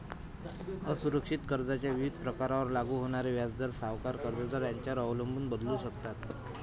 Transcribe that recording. असुरक्षित कर्जाच्या विविध प्रकारांवर लागू होणारे व्याजदर सावकार, कर्जदार यांच्यावर अवलंबून बदलू शकतात